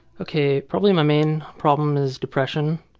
okay, probably my main problem is depression.